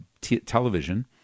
television